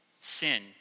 sin